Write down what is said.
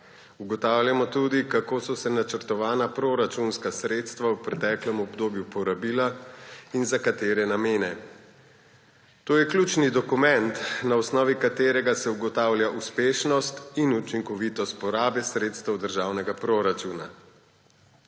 Ugotavljamo tudi, kako so se načrtovana proračunska sredstva v preteklem obdobju porabila in za katere namene. To je ključni dokument, na osnovi katerega se ugotavlja uspešnost in učinkovitost porabe sredstev državnega proračuna.